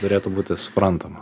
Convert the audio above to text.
turėtų būti suprantama